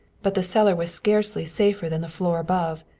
but the cellar was scarcely safer than the floor above.